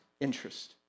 interest